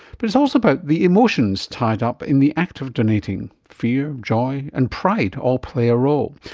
but it's also about the emotions tied up in the act of donating fear, joy and pride all play a role.